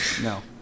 No